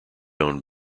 owned